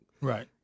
Right